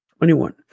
21